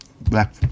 black